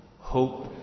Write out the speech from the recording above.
Hope